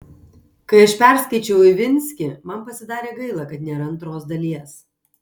kai aš perskaičiau ivinskį man pasidarė gaila kad nėra antros dalies